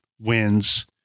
wins